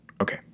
Okay